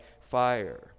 fire